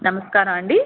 నమస్కారమండీ